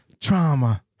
Trauma